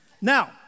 Now